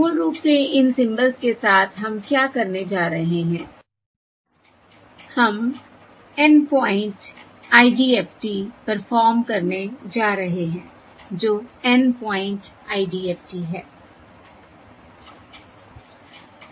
मूल रूप से इन सिंबल्स के साथ हम क्या करने जा रहे हैं हम N प्वाइंट IDFT परफॉर्म करने जा रहे हैं जो N प्वाइंट IDFT है